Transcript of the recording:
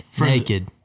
naked